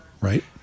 right